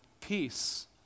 peace